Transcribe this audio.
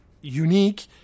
unique